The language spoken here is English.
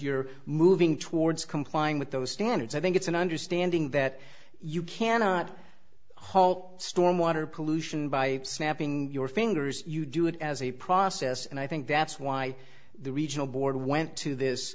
you're moving towards complying with those standards i think it's an understanding that you cannot halt stormwater pollution by snapping your fingers you do it as a process and i think that's why the regional board went to